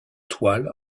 toile